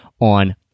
on